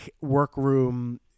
workroom